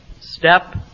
step